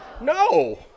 no